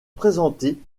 présenté